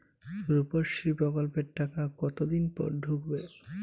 রুপশ্রী প্রকল্পের টাকা কতদিন পর ঢুকবে?